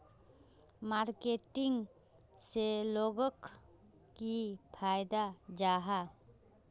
Marketing से लोगोक की फायदा जाहा?